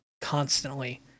constantly